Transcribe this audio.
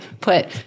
put